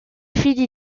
fini